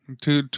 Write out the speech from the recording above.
Two